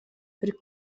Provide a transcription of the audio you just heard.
per